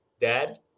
Dad